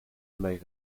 may